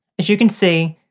as you can see,